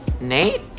Nate